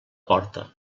porta